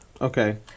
Okay